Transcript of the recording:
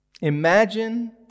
Imagine